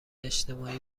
اجتماعی